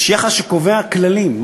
יש יחס שקובע כללים,